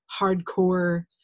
hardcore